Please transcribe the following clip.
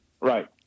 Right